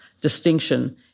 distinction